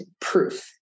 proof